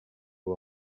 uwo